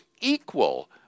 equal